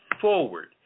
forward